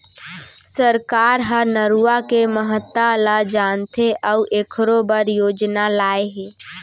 सरकार ह नरूवा के महता ल जानथे अउ एखरो बर योजना लाए हे